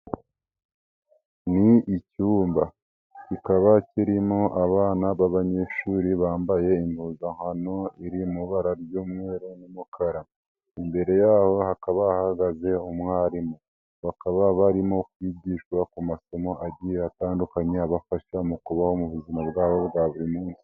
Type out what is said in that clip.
Ni icyumba kikaba kirimo abana b'abanyeshuri bambaye impuzankano iri mu ibara ry'uumu n'umukara. Imbere haba hahagaze umwarimu. Bakaba barimo kwigishwa ku masomo a atandukanye abafasha mu kubaho mu buzima bwabo bwa buri munsi.